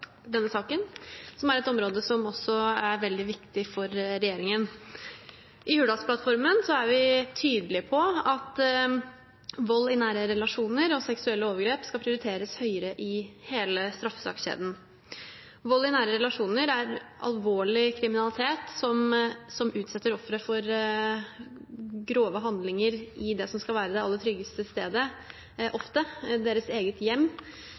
denne saken, som gjelder et område som også er veldig viktig for regjeringen. I Hurdalsplattformen er vi tydelige på at vold i nære relasjoner og seksuelle overgrep skal prioriteres høyere i hele straffesakskjeden. Vold i nære relasjoner er alvorlig kriminalitet som – ofte – utsetter offeret for grove handlinger i det som skal være det aller tryggeste stedet, deres eget hjem,